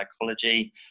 psychology